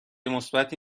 مثبتی